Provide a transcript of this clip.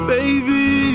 Baby